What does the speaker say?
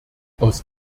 aus